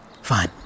Fine